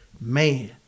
man